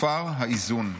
הופר האיזון.